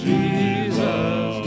Jesus